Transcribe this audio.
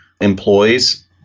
employees